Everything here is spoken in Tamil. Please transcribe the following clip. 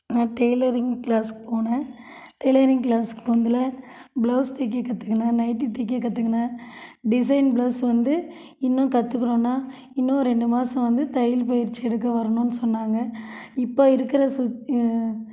நான் டெய்லரிங் கிளாசு போனேன் டெய்லரிங் கிளாஸுக்கு போனதில் ப்ளௌஸ் தைக்க கற்றுக்கினேன் நைட்டி தைக்க கற்றுக்கினேன் டிசைன் ப்ளௌஸ் வந்து இன்னும் கற்றுக்கணுன்னா இன்னும் ரெண்டு மாதம் வந்து தையல் பயிற்சி எடுக்க வரணும்னு சொன்னாங்க இப்போது இருக்கிற சுட்ச்